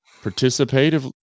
participative